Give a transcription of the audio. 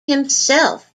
himself